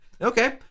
Okay